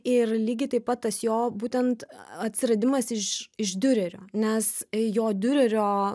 ir lygiai taip pat tas jo būtent atsiradimas iš iš diurerio nes jo diurerio